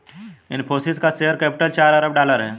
इनफ़ोसिस का share capital चार अरब डॉलर है